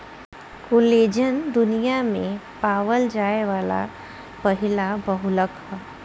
collagen दुनिया में पावल जाये वाला पहिला बहुलक ह